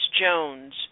Jones